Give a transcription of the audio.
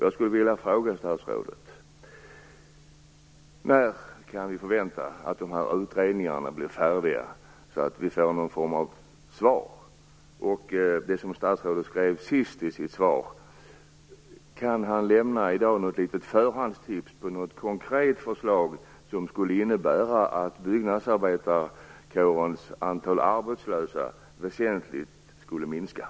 Jag skulle vilja fråga statsrådet: När kan vi förvänta oss att dessa utredningar blir färdiga, så att vi får någon form av svar? Och apropå det som statsrådet skrev sist i sitt svar - kan han i dag lämna något litet förhandstips på något konkret förslag som skulle innebära att byggnadsarbetarkårens antal arbetslösa minskade väsentligt?